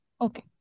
Okay